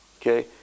Okay